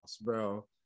bro